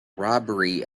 robbery